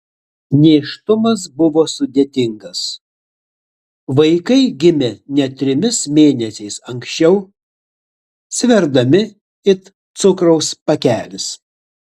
nėštumas buvo sudėtingas vaikai gimė net trimis mėnesiais anksčiau sverdami it cukraus pakelis